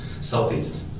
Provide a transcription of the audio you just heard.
Southeast